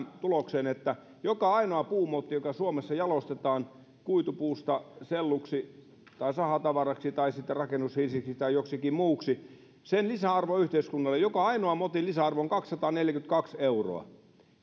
tulokseen että joka ainoan puumotin joka suomessa jalostetaan kuitupuusta selluksi tai sahatavaraksi tai sitten rakennushirsiksi tai joksikin muuksi lisäarvo yhteiskunnalle joka ainoan motin lisäarvo on kaksisataaneljäkymmentäkaksi euroa